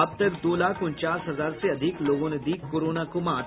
अब तक दो लाख उनचास हजार से अधिक लोगों ने दी कोरोना को मात